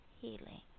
healing